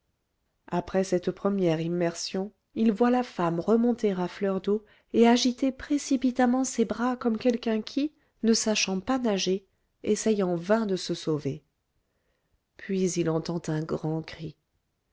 après cette première immersion il voit la femme remonter à fleur d'eau et agiter précipitamment ses bras comme quelqu'un qui ne sachant pas nager essaye en vain de se sauver puis il entend un grand cri